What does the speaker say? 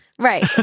right